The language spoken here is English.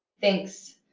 thanks.